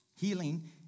Healing